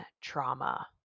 trauma